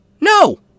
No